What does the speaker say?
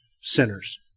sinners